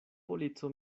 polico